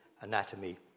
anatomy